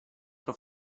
pro